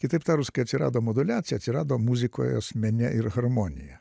kitaip tarus kai atsirado moduliacija atsirado muzikoje mene ir harmonija